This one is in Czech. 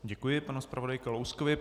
Děkuji panu zpravodaji Kalouskovi.